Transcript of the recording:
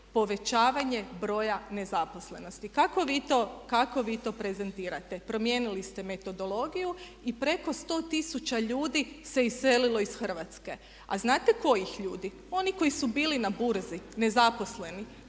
povećavanje broja nezaposlenosti. Kako vi to prezentirate? Promijenili ste metodologiju i preko 100 tisuća ljudi se iselilo iz Hrvatske. A znate kojih ljudi? Onih koji su bili na burzi, nezaposleni.